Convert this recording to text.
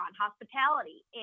hospitality